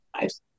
Nice